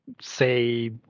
say